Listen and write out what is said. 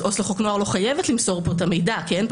אז עובדת סוציאלית לחוק נוער לא חייבת למסור פה את המידע כי אין כאן